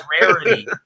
rarity